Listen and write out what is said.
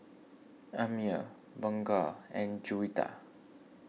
Ammir Bunga and Juwita